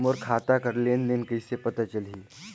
मोर खाता कर लेन देन कइसे पता चलही?